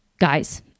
Guys